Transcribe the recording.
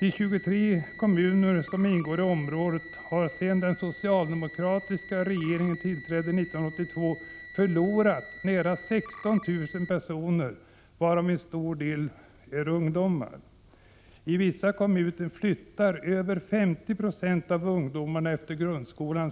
De 23 kommuner som ingår i området har sedan den socialdemokratiska regeringen tillträdde 1982 förlorat nära 16 000 personer, varav många är ungdomar. I vissa kommuner flyttar över 50 926 av ungdomarna efter grundskolan.